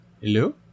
Hello